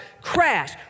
crash